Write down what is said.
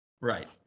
Right